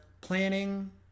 planning